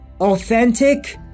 authentic